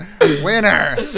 Winner